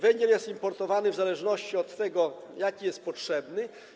Węgiel jest importowany w zależności od tego, jaki jest potrzebny.